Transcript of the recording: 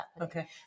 Okay